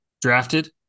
drafted